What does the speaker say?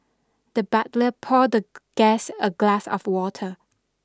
the butler poured the guest a glass of water